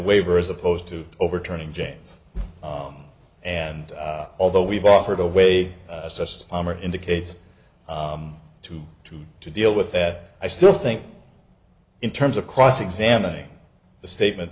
waiver as opposed to overturning james and although we've offered a way it's just palmer indicates to to to deal with that i still think in terms of cross examining the statement